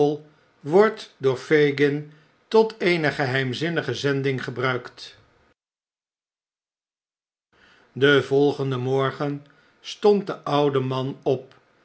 wordt door fagin tot bene geheimzinnige zending gebruikt den volgenden morgen stond de oude man op